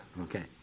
Okay